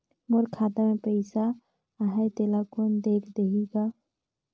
मोर खाता मे पइसा आहाय तेला कोन देख देही गा?